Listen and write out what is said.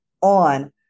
on